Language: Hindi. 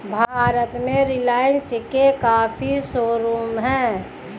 भारत में रिलाइन्स के काफी शोरूम हैं